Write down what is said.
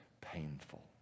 painful